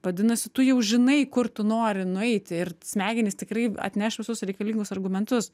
vadinasi tu jau žinai kur tu nori nueiti ir smegenys tikrai atneš visus reikalingus argumentus